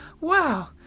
Wow